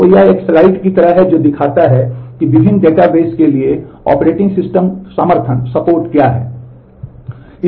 तो यह एक स्लाइड की तरह है जो दिखाता है कि विभिन्न डेटाबेस के लिए ऑपरेटिंग सिस्टम समर्थन support क्या हैं